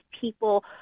people